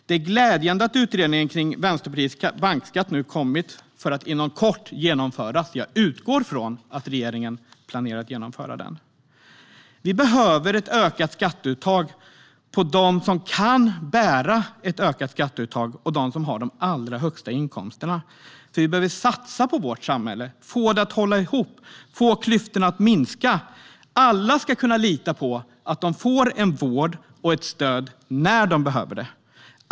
Det är glädjande att utredningen av Vänsterpartiets förslag om bankskatt nu har kommit. Jag utgår från att regeringen planerar att införa den inom kort. Vi behöver ett ökat skatteuttag från dem som kan bära det och som har de allra högsta inkomsterna. Vi behöver satsa på vårt samhälle och få det att hålla ihop, få klyftorna att minska. Alla ska kunna lita på att de får vård och stöd när de behöver det.